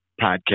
podcast